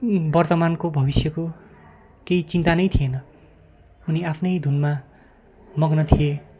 वर्तमानको भविष्यको केही चिन्ता नै थिएन उनी आफ्नै धुनमा मग्न थिए